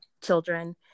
children